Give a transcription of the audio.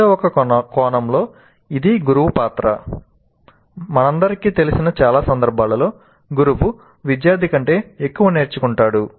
ఏదో ఒక కోణంలో ఇది గురువు పాత్ర మనందరికీ తెలిసిన చాలా సందర్భాలలో గురువు విద్యార్థి కంటే ఎక్కువగా నేర్చుకుంటాడు